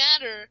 matter